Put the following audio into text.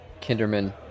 Kinderman